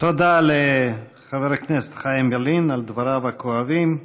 תודה לחבר הכנסת חיים ילין על דבריו הכואבים.